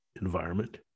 environment